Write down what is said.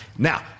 Now